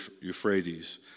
Euphrates